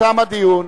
תם הדיון.